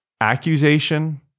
accusation